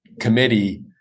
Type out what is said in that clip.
committee